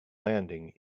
landing